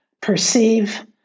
perceive